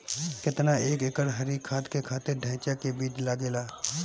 केतना एक एकड़ हरी खाद के खातिर ढैचा के बीज लागेला?